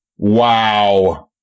wow